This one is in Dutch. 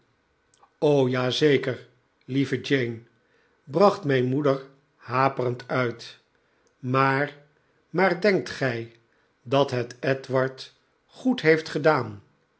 ja zeker lieve jane bracht mijn moeder haperend uit maar maar denkt gij dat het edward goed heeft gedaan